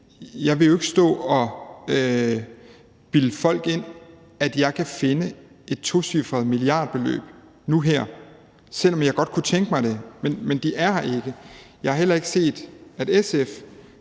jeg vil jo ikke stå og bilde folk ind, at jeg kan finde et tocifret milliardbeløb nu her, selv om jeg godt kunne tænke mig det. Men det er her ikke. Jeg har heller ikke set, at SF